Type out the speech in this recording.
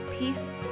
peace